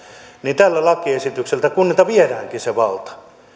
tällä lakiesityksellä kunnilta viedäänkin se valta